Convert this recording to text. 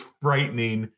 frightening